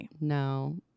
No